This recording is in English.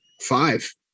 Five